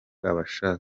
abashaka